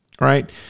right